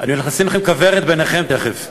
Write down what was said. אני הולך לשים לכם כוורת ביניכם תכף.